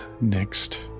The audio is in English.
next